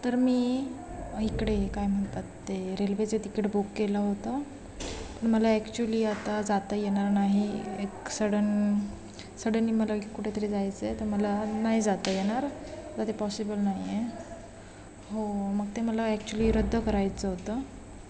तर मी इकडे काय म्हणतात ते रेल्वेचं तिकीट बुक केलं होतं पण मला ॲक्चुअली आता जाता येणार नाही एक सडन सडनली मला कुठेतरी जायचं आहे तर मला नाही जाता येणार आता ते पॉसिबल नाही हो मग ते मला ॲक्चुअली रद्द करायचं होतं